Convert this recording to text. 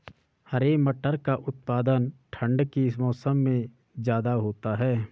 हरे मटर का उत्पादन ठंड के मौसम में ज्यादा होता है